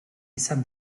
izan